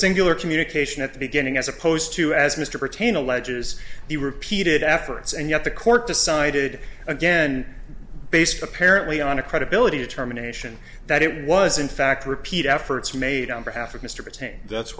singular communication at the beginning as opposed to as mr pertain alleges the repeated efforts and yet the court decided again based apparently on a credibility terminations that it was in fact repeat efforts made on behalf of mr paine that's